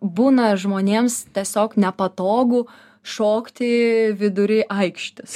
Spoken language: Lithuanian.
būna žmonėms tiesiog nepatogu šokti vidury aikštės